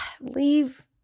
leave